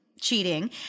cheating